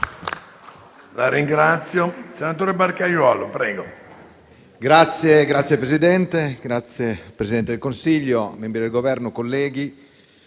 Signor Presidente, Presidente del Consiglio, membri del Governo, colleghi,